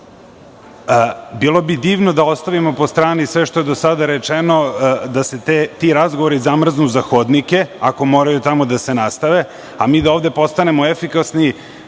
bi divno da ostavimo po strani sve što je do sada rečeno da se ti razgovori zamrznu za hodnike, ako moraju tamo da se nastave, a mi da ovde postanemo efikasni.